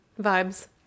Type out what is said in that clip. vibes